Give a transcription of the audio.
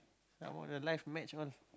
about the live match one